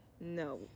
No